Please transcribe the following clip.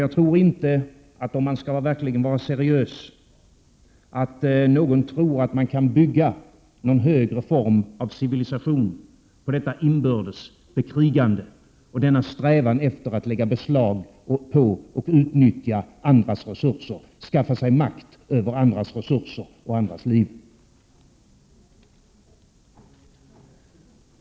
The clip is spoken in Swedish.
Jag tror inte att någon, om man verkligen vill vara seriös, tror att man kan bygga någon högre form av civilisation på detta inbördes bekrigande och denna strävan efter att lägga beslag på och utnyttja andras resurser och skaffa sig makt över andras liv.